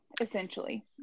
essentially